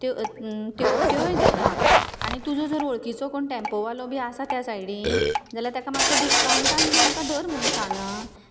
त्यो त्यो त्योय घेता आनी तुजो जर वळखीचो कोण टेम्पोवालो बी आसा त्या सायडीन जाल्यार ताका मातसो डिसकाव्णटान बी आमका धर म्हुणू सांग आं